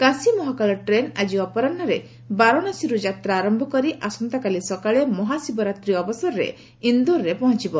Kashi Mahakal train ଆଜି ଅପରାହୁରେ ବାରଣାସୀରୁ ଯାତ୍ରା ଆରମ୍ଭ କରି ଆସନ୍ତାକାଲି ସକାଳେ ମହାଶିବରାତ୍ରି ଅବସରରେ ଇନ୍ଦୋରରେ ପହଞ୍ଚବ